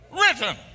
written